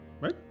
Right